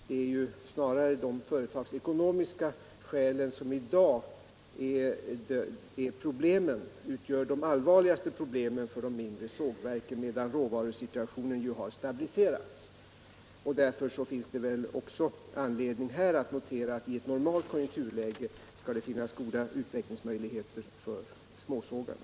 Det är snarare de företagsekonomiska skälen som i dag utgör de allvarligaste problemen för de mindre sågverken, medan råvarusituationen har stabiliserats. Därför finns det väl också anledning att här notera att i ett normalt konjunkturläge skall det finnas goda utvecklingsmöjligheter för småsågarna.